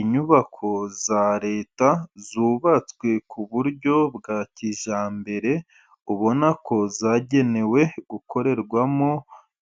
Inyubako za Leta zubatswe ku buryo bwa kijyambere, ubona ko zagenewe gukorerwamo